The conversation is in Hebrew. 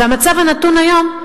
והמצב הנתון היום,